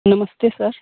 नमस्ते सर